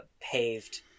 paved